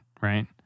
right